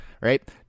right